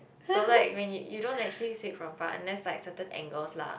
so like when you you don't actually see it from far unless like certain angles lah